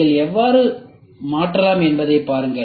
நீங்கள் எவ்வாறு மாற்றலாம் என்பதைப் பாருங்கள்